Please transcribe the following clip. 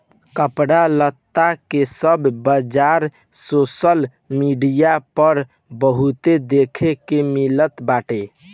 कपड़ा लत्ता के सब बाजार सोशल मीडिया पअ बहुते देखे के मिलत बाटे